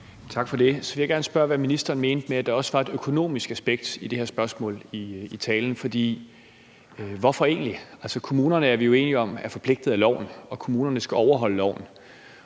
Tak for det. Så vil gerne spørge, hvad ministeren i talen mente med, at der også var et økonomisk aspekt i det her spørgsmål. Hvorfor egentlig? Kommunerne er vi jo enige om er forpligtet af loven, og kommunerne skal overholde loven,